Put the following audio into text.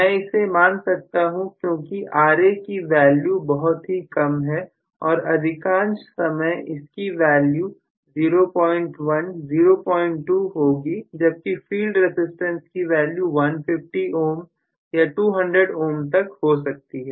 मैं इसे मान सकता हूं क्योंकि Ra की वैल्यू बहुत ही कम है और अधिकांश समय इसकी वैल्यू 0102 होगी जबकि फील्ड रसिस्टेंस की वैल्यू 150 Ω या 200 Ω तक हो सकती है